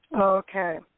Okay